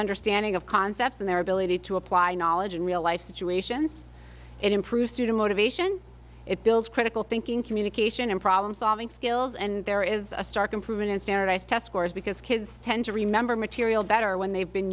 understanding of concepts and their ability to apply knowledge in real life situations and improve student motivation it builds critical thinking communication and problem solving skills and there is a stark improvement in standardized test scores because kids tend to remember material better when they've been